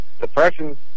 depression